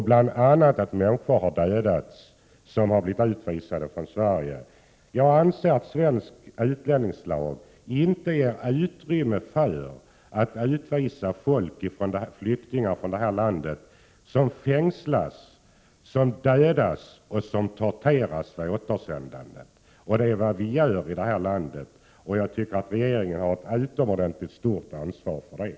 Bl.a. framgår att människor som blivit utvisade från Sverige har dödats. Jag anser att svensk utlänningslag inte ger utrymme för att utvisa flyktingar från det här landet som fängslas, som dödas och som torteras efter återsändande. Men det är vad vi gör, och jag tycker att regeringen har ett utomordentligt stort ansvar för detta.